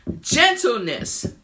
gentleness